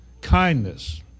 kindness